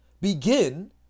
begin